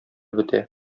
бетә